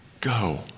Go